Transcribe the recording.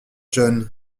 john